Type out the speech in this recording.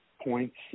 points